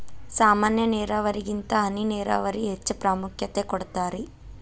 ಸಾಮಾನ್ಯ ನೇರಾವರಿಗಿಂತ ಹನಿ ನೇರಾವರಿಗೆ ಹೆಚ್ಚ ಪ್ರಾಮುಖ್ಯತೆ ಕೊಡ್ತಾರಿ